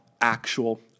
actual